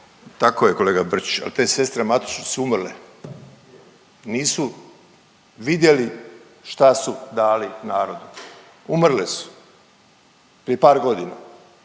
Tako je kolega Brčić, ali te sestre Matošić su umrle, nisu vidjeli šta su dali narodu, umrle su prije par godina.